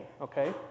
okay